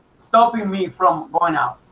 stopping me from going out.